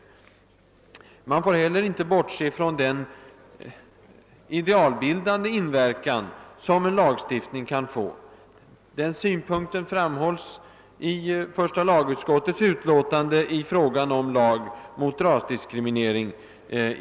Man får inte heller bortse från den idealbildande inverkan som en Jlagstiftning kan få. Denna synpunkt framhölls i första lagutskottets utlåtande i våras om förslaget till lag mot rasdis kriminering.